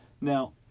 Now